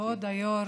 כבוד היו"ר,